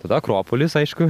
tada akropolis aišku